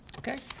ok?